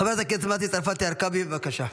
חברת הכנסת מטי צרפתי הרכבי, בבקשה.